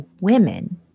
women